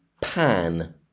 pan